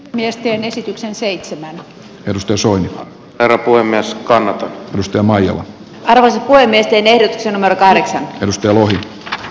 miesten esityksen seitsemän edustusun tarttui myös kannattaa mustelma ja paransi puhemiesten etsinnät aineksen perusteluille